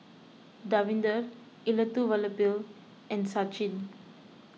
Davinder Elattuvalapil and Sachin